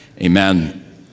Amen